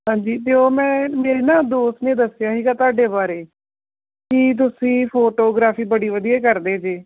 ਹਾਂਜੀ ਅਤੇ ਉਹ ਮੈਂ ਮੇਰੇ ਨਾ ਦੋਸਤ ਨੇ ਦੱਸਿਆ ਸੀਗਾ ਤੁਹਾਡੇ ਬਾਰੇ ਕਿ ਤੁਸੀਂ ਫੋਟੋਗ੍ਰਾਫੀ ਬੜੀ ਵਧੀਆ ਕਰਦੇ ਜੇ